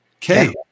Okay